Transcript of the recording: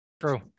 True